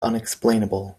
unexplainable